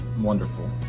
wonderful